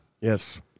yes